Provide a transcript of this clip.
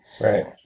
right